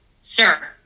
Sir